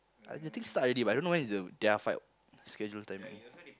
I think start already but I don't know when is the their fight schedule timing